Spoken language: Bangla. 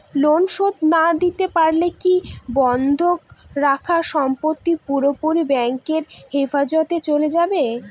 লোন শোধ না দিতে পারলে কি বন্ধক রাখা সম্পত্তি পুরোপুরি ব্যাংকের হেফাজতে চলে যাবে?